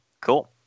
cool